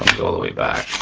go all the way back,